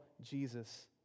Jesus